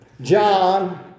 John